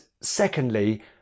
secondly